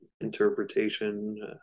interpretation